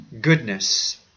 goodness